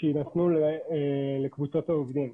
שיינתנו לקבוצת העובדים.